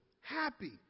happy